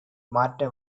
மாற்ற